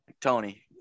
Tony